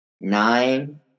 nine